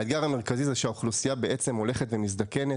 שהאוכלוסייה בעצם הולכת ומזדקנת.